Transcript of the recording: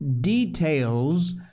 details